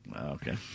Okay